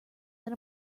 than